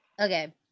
okay